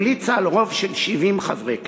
המליצה על רוב של 70 חברי הכנסת.